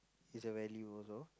is a value also